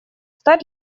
стать